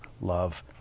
Love